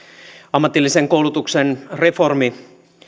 ammatillisen koulutuksen reformi